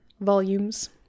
volumes